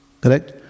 Correct